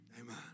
Amen